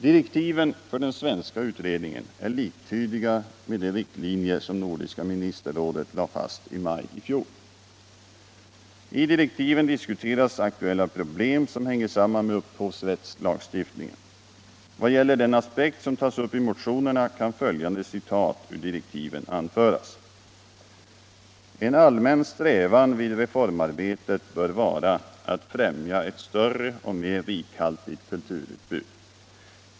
Direktiven för den svenska utredningen är liktydiga med de riktlinjer som nordiska ministerrådet lade fast i maj i tjol. I direktiven diskuteras aktuella problem som hänger samman med upphovsrättslagstiftningen. Vad gäller den aspekt som tas upp i motionerna kan följande citat ur direktiven anföras: ”En allmän strävan vid reformarbetet bör vara att främja ett större och mera rikhaltigt kulturutbud.